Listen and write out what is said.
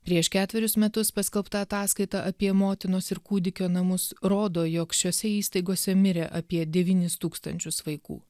prieš ketverius metus paskelbta ataskaita apie motinos ir kūdikio namus rodo jog šiose įstaigose mirė apie devynis tūkstančius vaikų